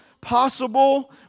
possible